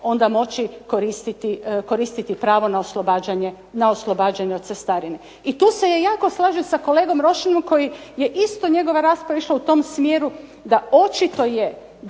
onda moći koristiti pravo na oslobađanje od cestarine. I tu se ja jako slažem sa kolegom Rošinom koji je isto njegova rasprava išla u tom smjeru da očito je